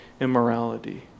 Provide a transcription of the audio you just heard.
immorality